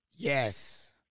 Yes